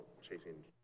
chasing